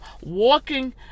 walking